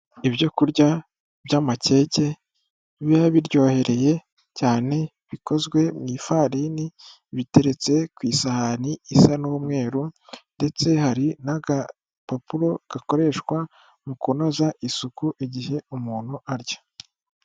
Ibyo kurya by'amakeke biba biryohereye cyane bikozwe mu ifarini biteretse ku isahani isa n'umweru, ndetse hari n'agapapuro gakoreshwa mu kunoza isuku igihe umuntu arya.